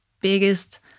biggest